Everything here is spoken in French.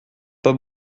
pas